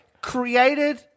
created